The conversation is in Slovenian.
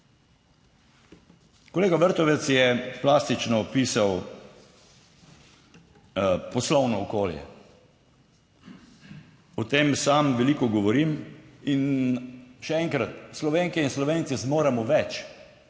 Kolega Vrtovec je plastično opisal poslovno okolje, o tem sam veliko govorim in še enkrat, Slovenke in Slovenci zmoremo več,